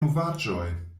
novaĵoj